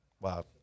wow